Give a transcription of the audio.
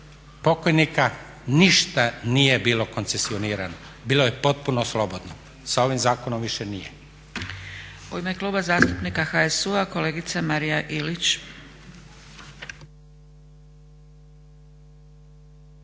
pokojnika ništa nije bilo koncesionirano, bilo je potpuno slobodno. Sa ovim zakonom više nije. **Zgrebec, Dragica (SDP)** U ime Kluba zastupnika HSU-a kolegica Marija Ilić.